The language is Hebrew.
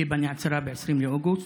היבא נעצרה ב-20 באוגוסט.